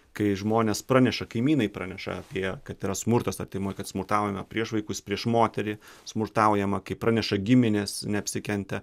kai žmonės praneša kaimynai praneša apie kad yra smurtas artimoj kad smurtaujama prieš vaikus prieš moterį smurtaujama kai praneša giminės neapsikentę